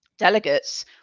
Delegates